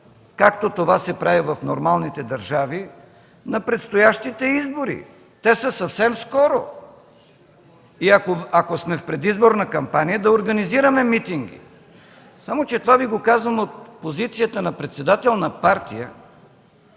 както това се прави в нормалните държави, на предстоящите избори – те са съвсем скоро, и ако сме в предизборна кампания, да организираме митинги. Само че това Ви го казвам от позицията на председател на партия,